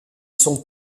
son